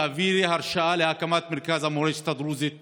תעבירי הרשאה להקמת מרכז המורשת הדרוזית מייד.